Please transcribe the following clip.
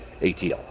ATL